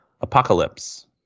Apocalypse